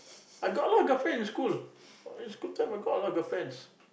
I got a lot of girlfriends in school is school time I got a lot of girlfriends